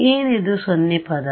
ಏನಿದು 0 ಪದ